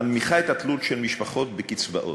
מנמיכה את התלות של משפחות בקצבאות.